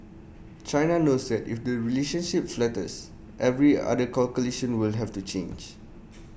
China knows that if the relationship falters every other calculation will have to change